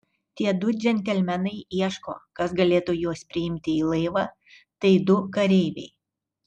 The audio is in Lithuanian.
tie du džentelmenai ieško kas galėtų juos priimti į laivą tai du kareiviai